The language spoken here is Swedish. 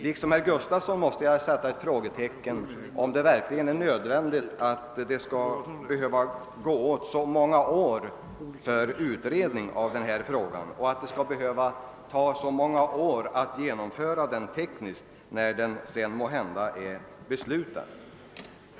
Liksom herr Gustafson i Göteborg måste jag fråga, om det verkligen skall behövas så många år för utredning av denna fråga och om det sedan skall behöva ta så många år att tekniskt genomföra reformen när den väl är be slutad.